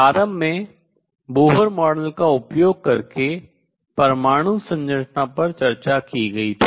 प्रारम्भ में Bohr model का उपयोग करके परमाणु संरचना पर चर्चा की गई थी